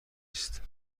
است